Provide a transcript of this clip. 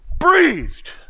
breathed